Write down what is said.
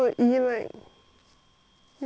那就神经病了诶